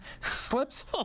slips